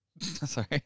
Sorry